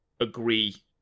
agree